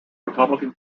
republican